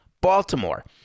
Baltimore